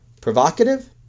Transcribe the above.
Provocative